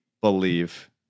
believe